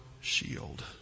shield